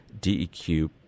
DEQ